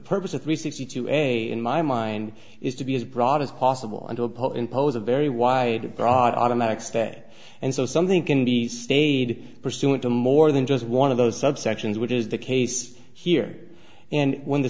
purpose of three sixty two a in my mind is to be as broad as possible into a pole impose a very wide broad automatic stay and so something can be stated pursuant to more than just one of those subsections which is the case here and when the